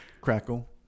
crackle